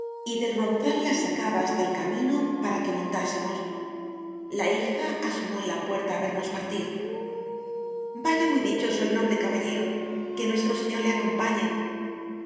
y del ronzal las sacaba hasta el camino para que montásemos la hija asomó en la puerta á vernos partir vaya muy dichoso el noble caballero que nuestro señor le acompañe